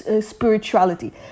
spirituality